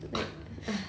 like ugh